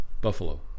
Buffalo